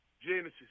Genesis